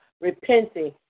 repenting